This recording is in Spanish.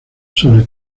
sobre